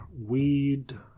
weed